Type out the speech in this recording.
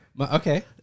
okay